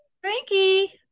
Frankie